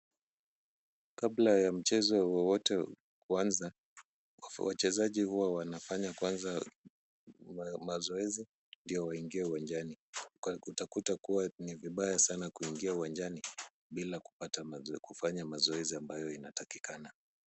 Kabla ya mchezo wowote kuanza, wachezaji huwa wanafanya kwanza mazoezi ndio waingie uwanjani. Utakuta kuwa ni vibaya sana kuingia uwanjani bila kufanya mazoezi ambayo inatakikana.